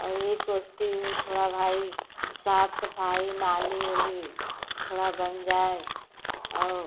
और यही सोचती हूँ थोड़ा भाई साफ सफाई नाली ओली थोड़ा बन जाए और